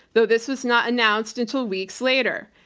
though this was not announced until weeks later.